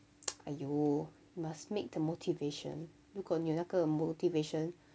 !aiyo! must make the motivation 如果你有那个 motivation